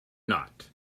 not